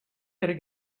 better